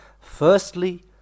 firstly